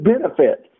benefits